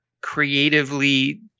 creatively